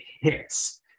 hits